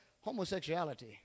Homosexuality